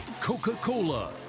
Coca-Cola